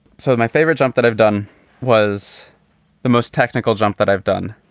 so my favorite jump that i've done was the most technical jump that i've done.